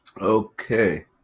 okay